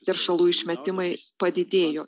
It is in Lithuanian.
teršalų išmetimai padidėjo